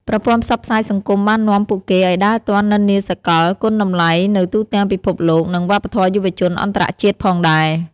ប្រព័ន្ធផ្សព្វផ្សាយសង្គមបាននាំពួកគេឱ្យដើរទាន់និន្នាសកល គុណតម្លៃនៅទូទាំងពិភពលោក និងវប្បធម៌យុវជនអន្តរជាតិផងដែរ។